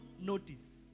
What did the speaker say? notice